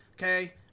okay